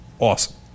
Awesome